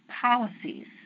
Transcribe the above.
policies